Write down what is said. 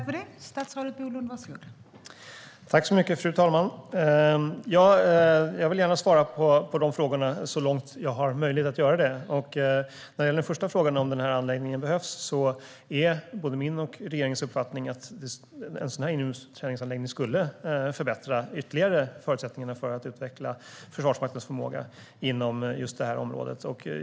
Fru talman! Jag vill gärna svara på frågorna så långt jag har möjlighet att göra det. När det gäller frågan som rör om anläggningen behövs är både min och regeringens uppfattning att en sådan här inomhusträningsanläggning ytterligare skulle förbättra förutsättningarna för att utveckla Försvarsmaktens förmåga inom just det här området.